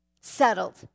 Settled